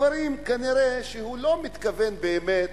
כנראה אלה דברים שהוא לא מתכוון באמת